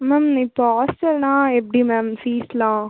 ma'am இப்போ ஹாஸ்ட்டல்னால் எப்படி மேம் ஃபீஸ்லாம்